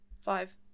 Five